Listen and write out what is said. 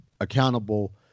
accountable